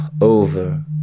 over